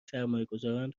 سرمایهگذاران